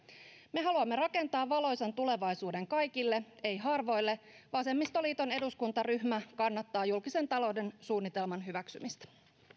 me haluamme rakentaa valoisan tulevaisuuden kaikille ei harvoille vasemmistoliiton eduskuntaryhmä kannattaa julkisen talouden suunnitelman hyväksymistä